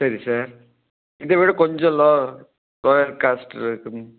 சரி சார் இதைவிட கொஞ்சம் லோ லோயர் காஸ்ட் இருக்கும்